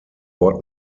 ort